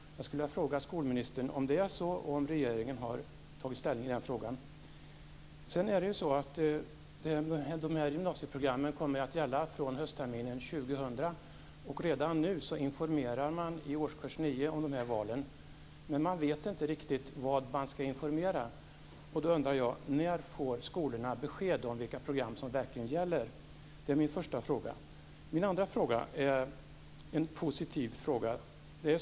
Jag vill fråga skolministern om det är så och om regeringen har tagit ställning i frågan. Dessa gymnasieprogram kommer att gälla från höstterminen 2000, och redan nu informerar man i årskurs 9 om dessa val. Men man vet inte riktigt vad man ska informera om. Och då undrar jag: När får skolorna besked om vilka program som verkligen gäller? Sedan har jag en positiv fråga.